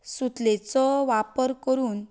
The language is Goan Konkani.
सुतलेचो वापर करून